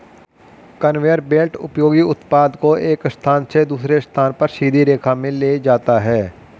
conveyor belt उपयोगी उत्पाद को एक स्थान से दूसरे स्थान पर सीधी रेखा में ले जाता है